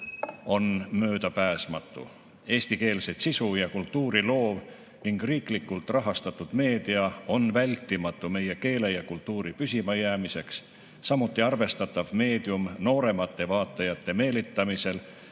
on möödapääsmatu. Eestikeelset sisu ja kultuuri loov ning riiklikult rahastatud meedia on meie keele ja kultuuri püsimajäämiseks vältimatu. Samuti on see arvestatav meedium nooremate vaatajate meelitamisel,